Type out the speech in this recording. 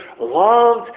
loved